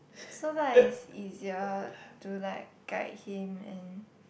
so like is easier to like guide him and